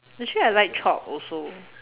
actually I like chopped also